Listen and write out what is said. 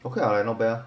okay ah not bad ah